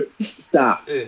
Stop